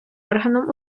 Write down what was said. органом